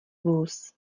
vůz